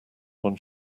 one